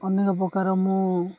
ଅନେକ ପ୍ରକାର ମୁଁ